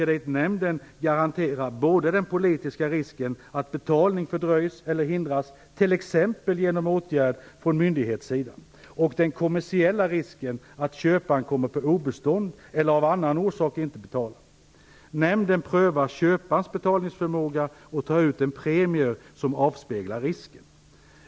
EKN garanterar både den politiska risken att betalning fördröjs eller hindras, t.ex. genom åtgärd från myndighets sida, och den kommersiella risken att köparen kommer på obestånd eller av annan orsak inte betalar. Nämnden prövar köparens betalningsförmåga och tar ut en premie som avspeglar risken.